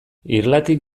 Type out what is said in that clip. irlatik